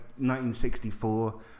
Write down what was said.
1964